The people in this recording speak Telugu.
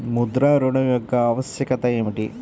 ముద్ర ఋణం యొక్క ఆవశ్యకత ఏమిటీ?